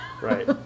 right